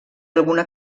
alguna